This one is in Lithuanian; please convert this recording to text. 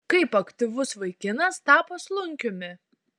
kaip aktyvus vaikinas tapo slunkiumi